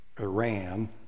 Iran